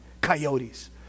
coyotes